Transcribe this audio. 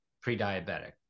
pre-diabetic